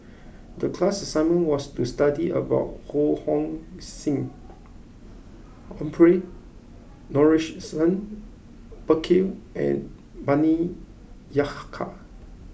the class assignment was to study about Ho Hong Sing Humphrey Morrison Burkill and Bani